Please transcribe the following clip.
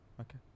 Okay